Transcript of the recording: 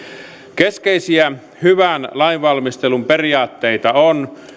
keskeisiä hyvän lainvalmistelun periaatteita on